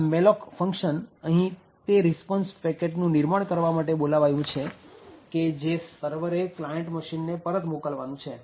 આ malloc function અહી તે રીસ્પોન્સ પેકેટનું નિર્માણ કરવા બોલાવાયું છે કે જે સર્વરે ક્લાયન્ટ મશીનને પરત મોકલવાનું છે